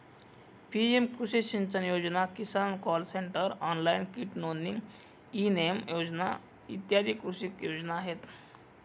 PM कृषी सिंचन योजना, किसान कॉल सेंटर, ऑनलाइन कीट नोंदणी, ई नेम योजना इ कृषी योजना आहेत